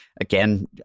again